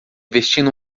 vestindo